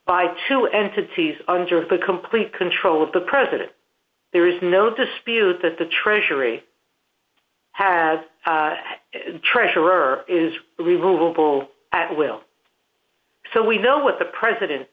by two entities under the complete control of the president there is no dispute that the treasury has treasurer is removeable at will so we know what the president